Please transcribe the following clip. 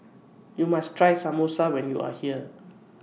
YOU must Try Samosa when YOU Are here